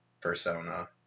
persona